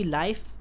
life